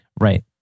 Right